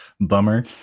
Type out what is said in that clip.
bummer